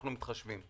אנו מתחשבים.